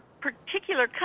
particular